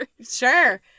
Sure